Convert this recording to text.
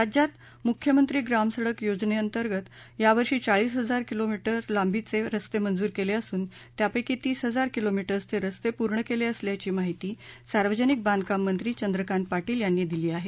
राज्यात मुख्यमंत्री ग्रामसङक योजनेंतर्गत यावर्षी चाळीस हजार किलोमीटर लांबीचे रस्ते मंजूर केले असून त्यापैकी तीस हजार किलोमीटर्सचे रस्ते पूर्ण केले असल्याची माहिती सार्वजनिक बांधकाम मंत्री चंद्रकांत पाटील यांनी दिली आहे